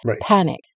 panic